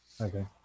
okay